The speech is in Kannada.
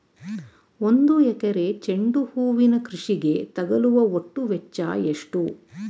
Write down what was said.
ಒಂದು ಎಕರೆ ಚೆಂಡು ಹೂವಿನ ಕೃಷಿಗೆ ತಗಲುವ ಒಟ್ಟು ವೆಚ್ಚ ಎಷ್ಟು?